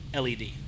LED